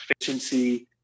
efficiency